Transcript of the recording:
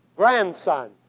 grandson